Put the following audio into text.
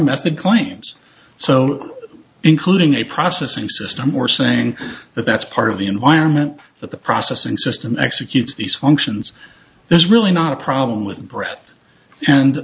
method claims so including a processing system or saying that that's part of the environment that the processing system executes these functions there's really not a problem with breath and